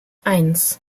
eins